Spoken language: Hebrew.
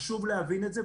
חשוב להבין את זה.